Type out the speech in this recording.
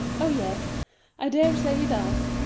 oh, yes i daresay he does.